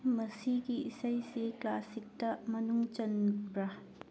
ꯃꯁꯤꯒꯤ ꯏꯁꯩꯁꯤ ꯀ꯭ꯂꯥꯁꯤꯛꯇ ꯃꯅꯨꯡ ꯆꯟꯕ꯭ꯔꯥ